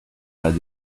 las